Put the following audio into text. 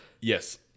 yes